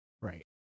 Right